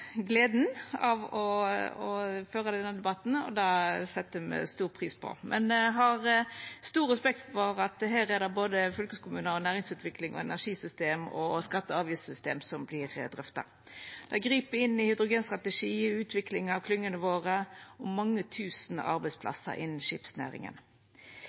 av å føra denne debatten. Det set me stor pris på, men eg har stor respekt for at her er det både fylkeskommunar og næringsutvikling og energisystem og skatte- og avgiftssystem som vert drøfta. Det grip inn i hydrogenstrategi, utvikling av klyngene våre og mange